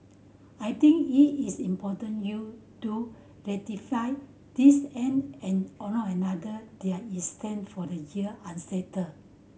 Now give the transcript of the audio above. I think it is important you do ratify this and and or not another they are is stand for the year unsettled